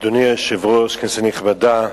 אדוני היושב-ראש, כנסת נכבדה,